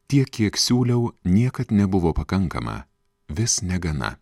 tiek kiek siūliau niekad nebuvo pakankama vis negana